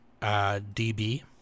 DB